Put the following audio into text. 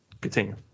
Continue